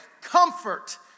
Comfort